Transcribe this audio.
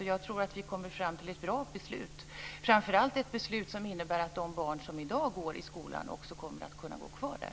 Och jag tror att vi kommer fram till ett bra beslut, framför allt ett beslut som innebär att de barn som i dag går i skolan också kommer att kunna gå kvar där.